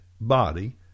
body